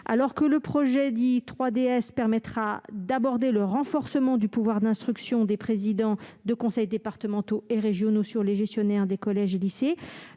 Alors que le projet de loi dit 3DS permettra d'aborder ce renforcement du pouvoir d'instruction des présidents de conseil départemental ou de conseil régional sur les gestionnaires des collèges et lycées,